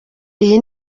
iyi